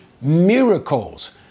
miracles